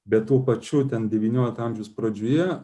be tuo pačiu ten devyniolikto amžiaus pradžioje